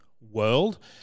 world